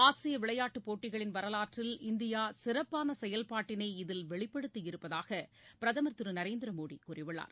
ஆசியவிளையாட்டுபோட்டிகளின் வரலாற்றில் இந்தியாசிறப்பானசெயல்பாட்டினை இதில் வெளிப்படுத்தியிருப்பதாகபிரதமர் திருநரேந்திரமோடிகூறியுள்ளார்